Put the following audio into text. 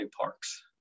parks